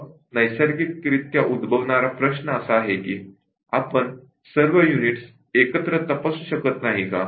मग नैसर्गिकरित्या उद्भवणारा प्रश्न असा आहे की आपण सर्व युनिट्स एकत्र तपासू शकत नाही का